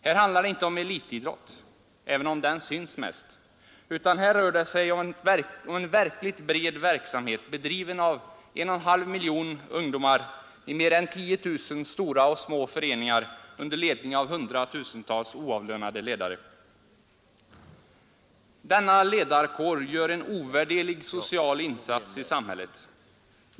Här handlar det inte om elitidrott — även om den syns mest — utan här rör det sig om en verkligt bred verksamhet, bedriven av 1,5 miljoner ungdomar i mer än 10 000 stora och små föreningar under ledning av hundratusentals oavlönade ledare. Denna ledarkår gör en ovärderlig social insats i samhället.